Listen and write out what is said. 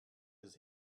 his